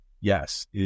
yes